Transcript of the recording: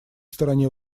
стороне